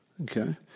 Okay